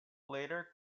later